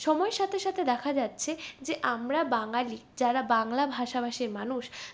সময়ের সাথে সাথে দেখা যাচ্ছে যে আমরা বাঙালি যারা বাংলা ভাষাভাষীর মানুষ